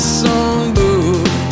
songbook